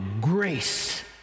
grace